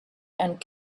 and